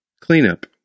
Cleanup